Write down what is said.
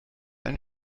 ein